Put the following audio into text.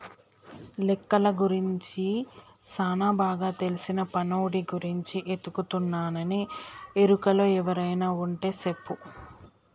లెక్కలు గురించి సానా బాగా తెల్సిన పనోడి గురించి ఎతుకుతున్నా నీ ఎరుకలో ఎవరైనా వుంటే సెప్పు